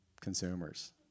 consumers